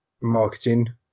marketing